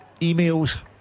Emails